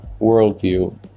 worldview